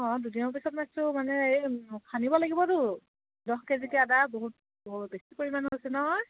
অঁ দুদিনৰ পিছত মাতিছো মানে এই খান্দিব লাগিবতো দহ কেজিকৈ আদা বহুত বহুত বেছি পৰিমাণৰ হৈছে নহয়